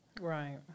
right